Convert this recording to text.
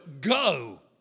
go